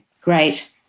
Great